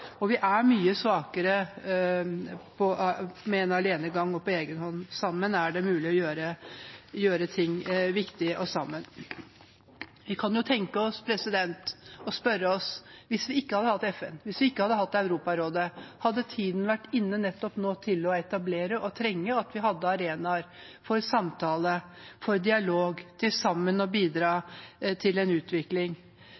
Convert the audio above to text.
Vi er mye svakere med en alenegang og på egen hånd. Sammen er det mulig å gjøre ting riktig. Vi kan jo tenke oss og spørre oss: Hvis vi ikke hadde hatt FN, hvis vi ikke hadde hatt Europarådet, hadde tiden vært inne, nettopp nå, til å etablere arenaer for samtale, for dialog, for sammen å